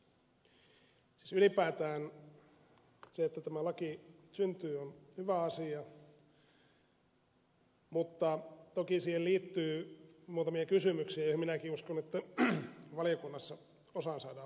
siis ylipäätään se että tämä laki syntyy on hyvä asia mutta toki siihen liittyy muutamia kysymyksiä joista minäkin uskon että valiokunnassa osaan saadaan vastauksia ja osaan ei saada